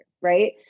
Right